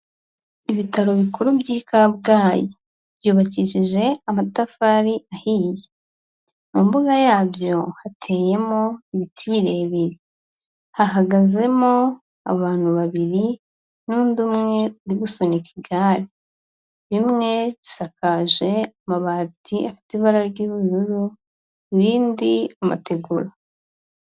Ibitaro bikuru by'i Kabgayi byubakishije amatafari ahiye, mu mbuga yabyo hateyemo ibiti birebiri, hahagazemo abantu babiri n'undi umwe uri gusunika igare, bimwe bisakaje amabati afite ibara ry'ubururu ibindi amategura.